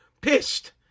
pissed